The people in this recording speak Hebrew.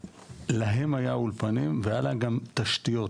להם היה אולפנים והיה להם גם תשתיות,